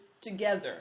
together